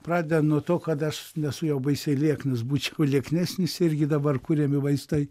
pradedant nuo to kad aš nesu jau baisiai lieknas būčiau lieknesnis irgi dabar kuriami vaistai